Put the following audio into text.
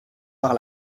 par